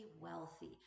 wealthy